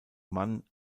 mann